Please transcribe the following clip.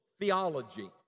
theology